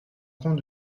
compte